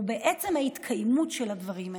הוא בעצם ההתקיימות של הדברים האלה.